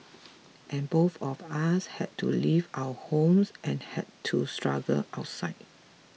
and both of us had to leave our homes and had to struggle outside